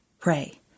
pray